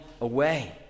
away